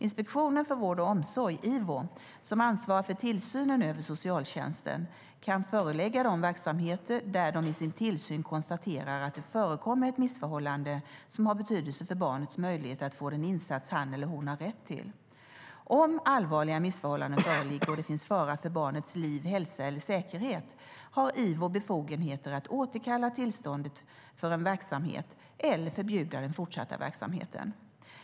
Inspektionen för vård och omsorg, Ivo, som ansvarar för tillsynen över socialtjänsten, kan ge föreläggande till de verksamheter där de i sin tillsyn konstaterar att det förekommer ett missförhållande som har betydelse för barnets möjlighet att få den insats han eller hon har rätt till. Om allvarliga missförhållanden föreligger och det finns fara för barnets liv, hälsa och säkerhet har Ivo befogenheten att återkalla tillståndet för en verksamhet eller förbjuda den fortsatta verksamheten.